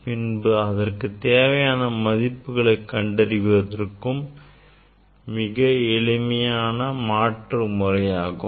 பின் அதற்கு தேவையான மதிப்புகளை கண்டறிவதற்கும் இது மிகவும் எளிமையான ஒரு மாற்று முறையாகும்